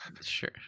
sure